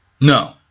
No